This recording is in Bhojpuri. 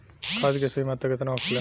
खाद्य के सही मात्रा केतना होखेला?